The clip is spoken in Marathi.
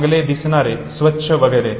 चांगले दिसणारे स्वच्छ वगैरे